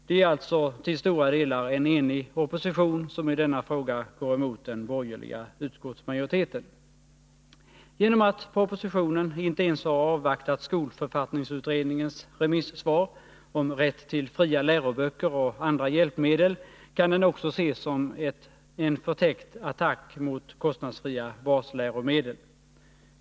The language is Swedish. Det är alltså till stora delar en enig opposition som i denna fråga går emot den borgerliga utskottsmajoriteten. Genom att propositionen inte ens har avvaktat skolförfattningsutredningens remissvar om rätt till fria läroböcker och andra hjälpmedel kan den också ses som en förtäckt attack mot kostnadsfria basläromedel.